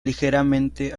ligeramente